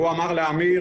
הוא אמר לאמיר